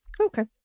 Okay